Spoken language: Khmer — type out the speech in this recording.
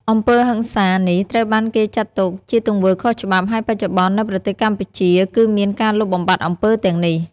អំពើហិង្សានេះត្រូវបានគេចាត់ទុកជាទង្វើខុសច្បាប់ ហើយបច្ចុប្បន្ននៅប្រទេសកម្ពុជាគឺមានការលុបបំបាត់អំពើទាំងនេះ។